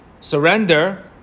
surrender